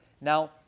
now